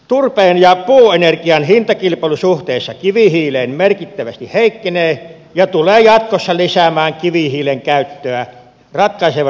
turpeen ja puuenergian hintakilpailu suhteessa kivihiileen merkittävästi heikkenee ja tulee jatkossa lisäämään kivihiilen käyttöä ratkaisevasti energiatuotannossamme